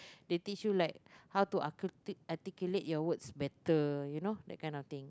they teach you like how to articulate articulate your words better you know that kind of thing